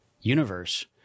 universe